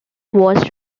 was